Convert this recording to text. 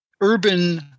urban